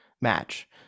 match